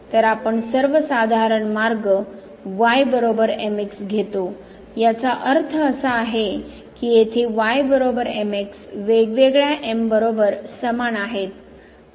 तर आपण सर्वसाधारण मार्ग y mx घेतो याचा अर्थ असा आहे की येथे y mx वेगवेगळ्या बरोबर समान आहेत